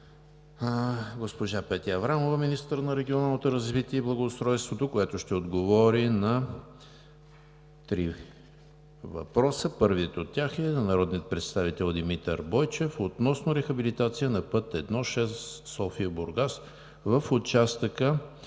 госпожа Петя Аврамова – министър на регионалното развитие и благоустройството, която ще отговори на три въпроса. Първият от тях е на народния представител Димитър Бойчев относно рехабилитация на път I-6 София – Бургас, в участъка